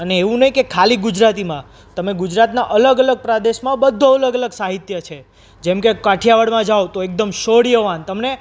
અને એવું નહીં કે ખાલી ગુજરાતીમાં તમે ગુજરાતનાં અલગ અલગ પ્રદેશમાં બધો અલગ અલગ સાહિત્ય છે જેમકે કાઠિયાવાડમાં જાઓ તો એકદમ શૌર્યવાન તમને